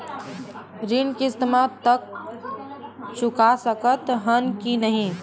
ऋण किस्त मा तक चुका सकत हन कि नहीं?